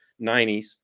90s